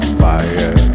fire